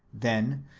then,